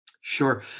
Sure